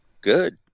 Good